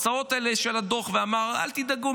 בתוצאות האלה של הדוח ואמר: אל תדאגו,